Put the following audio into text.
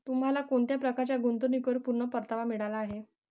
तुम्हाला कोणत्या प्रकारच्या गुंतवणुकीवर पूर्ण परतावा मिळाला आहे